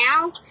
now